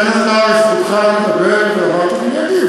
חבר הכנסת נהרי, זכותך לדבר, ואחר כך אני אגיב.